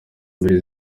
mbili